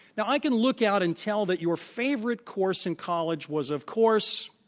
now, i can look out and tell that your favorite course in college was, of course,